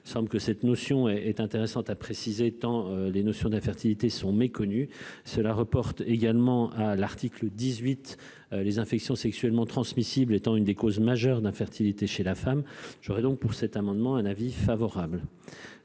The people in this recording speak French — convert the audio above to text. semble que cette notion est intéressante, a précisé tant les notions d'infertilité sont méconnus cela reporte également à l'article dix-huit les infections sexuellement transmissibles étant une des causes majeures d'infertilité chez la femme, j'aurais donc pour cet amendement, un avis favorable